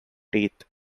teeth